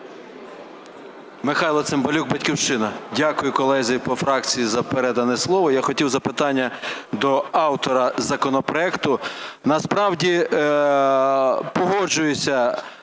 Михайло Цимбалюк, "Батьківщина". Дякую колезі по фракції за передане слово. Я хотів запитання до автора законопроекту. Насправді погоджуюся